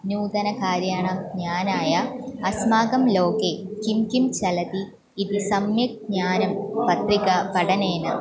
नूतनकार्याणां ज्ञानाय अस्माकं लोके किं किं चलति इति सम्यक् ज्ञानं पत्रिका पठनेन